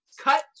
Cut